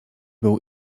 był